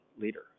leader